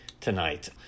tonight